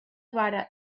vara